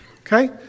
Okay